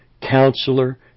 Counselor